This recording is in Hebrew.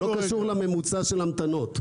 הוא לא קשור לממוצע של המתנות.